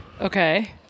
Okay